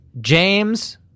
James